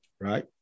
right